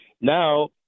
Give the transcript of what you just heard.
now